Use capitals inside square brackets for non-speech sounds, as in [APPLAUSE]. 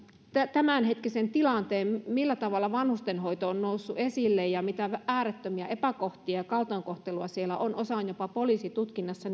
tämänhetkisen tilanteen millä tavalla vanhustenhoito on noussut esille ja mitä äärettömiä epäkohtia ja kaltoinkohtelua siellä on osa on jopa poliisitutkinnassa [UNINTELLIGIBLE]